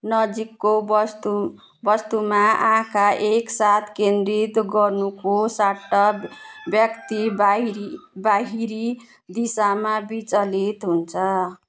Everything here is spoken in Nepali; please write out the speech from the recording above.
नजिकको वस्तु वस्तुमा आँखा एकसाथ केन्द्रित गर्नुको सट्टा व्यक्ति बाहिरी बाहिरी दिशामा विचलित हुन्छ